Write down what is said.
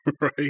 Right